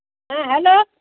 हा हॅलो